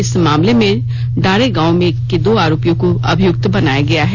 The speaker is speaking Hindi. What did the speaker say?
इस मामले में डारै गांव के दो आरोपियों को अभियुक्त बनाया गया है